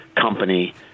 company